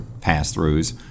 pass-throughs